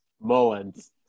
Mullins